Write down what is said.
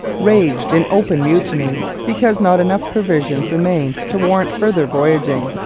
raged in open mutiny because not enough provisions remained to warrant further voyaging,